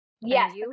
Yes